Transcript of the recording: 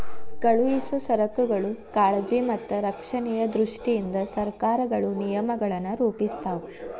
ಕಳುಹಿಸೊ ಸರಕುಗಳ ಕಾಳಜಿ ಮತ್ತ ರಕ್ಷಣೆಯ ದೃಷ್ಟಿಯಿಂದ ಸರಕಾರಗಳು ನಿಯಮಗಳನ್ನ ರೂಪಿಸ್ತಾವ